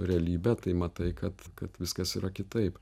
realybe tai matai kad kad viskas yra kitaip